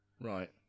right